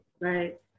Right